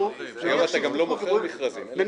אדוני,